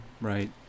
right